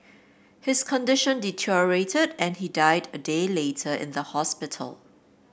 his condition deteriorated and he died a day later in the hospital